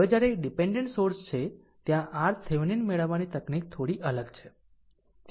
હવે જ્યારે ડીપેનડેન્ટ સ્ત્રોત છે ત્યાં RThevenin મેળવવાની તકનીક થોડી અલગ છે